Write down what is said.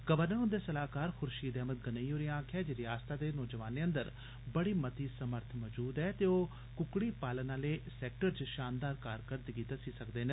governor हुंदे सलाह्कार खुर्षीद अहमद गनेई होरें आक्खेआ ऐ जे रिआसत दे नौजवानें अंदर बड़ी मती समर्थ ऐ ते ओह् कुककड़ी पालन आह्ले सैक्टर च षानदार कारकरदगी दस्सी सकदे न